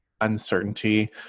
uncertainty